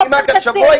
עופר כסיף,